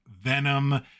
Venom